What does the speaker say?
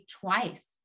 twice